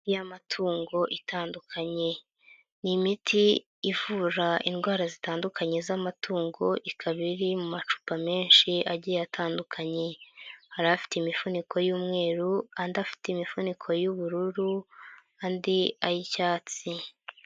Iy'amatungo itandukanye, ni imiti ivura indwara zitandukanye z'amatungo ikaba iri mu macupa menshi agiye atandukanye, hari afite imifuniko y'umweru andi afite imifuniko y'ubururu andi ay'icyatsi.